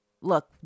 look